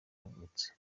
yavutse